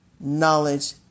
knowledge